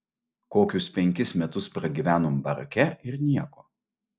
kokius penkis metus pragyvenom barake ir nieko